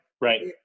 right